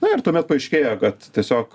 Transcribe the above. na ir tuomet paaiškėjo kad tiesiog